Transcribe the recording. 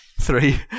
Three